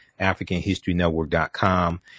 AfricanHistoryNetwork.com